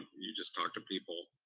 you just talk to people.